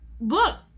look